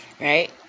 right